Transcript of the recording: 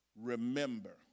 Remember